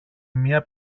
μία